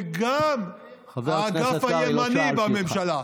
וגם האגף הימני בממשלה.